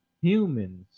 humans